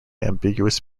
ambiguous